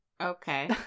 Okay